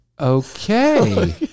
okay